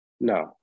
No